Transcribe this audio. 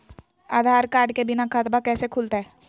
आधार card के बिना खाताबा कैसे खुल तय?